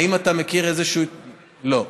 האם אתה מכיר איזה, לא.